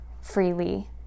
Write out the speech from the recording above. freely